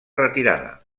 retirada